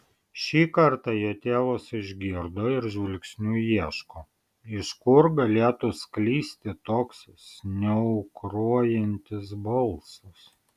šį kartą jo tėvas išgirdo ir žvilgsniu ieško iš kur galėtų sklisti toks sniaukrojantis balsas